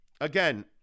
Again